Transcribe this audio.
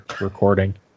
recording